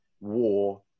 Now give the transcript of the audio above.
war